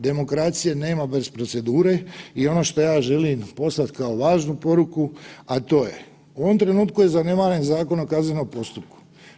Demokracije nema bez procedure i ono što ja želim poslati kao važnu poruku, a to je u ovom trenutku je zanemaren Zakon o kaznenom postupku.